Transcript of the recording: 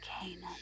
Canaan